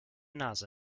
nase